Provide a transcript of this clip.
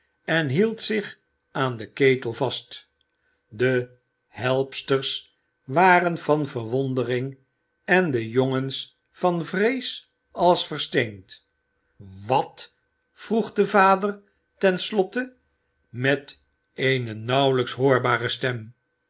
en hield zich aan den ketel vast de helpsters waren van verwondering en de jongens van vrees als versteend wat vroeg de vader ten slotte met eene nauwelijks hoorbare stem